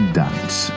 dance